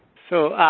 so,